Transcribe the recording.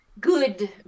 good